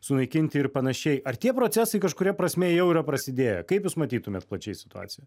sunaikinti ir panašiai ar tie procesai kažkuria prasme jau yra prasidėję kaip jūs matytumėt plačiai situaciją